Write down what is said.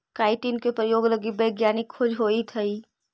chitin के प्रयोग लगी वैज्ञानिक खोज होइत हई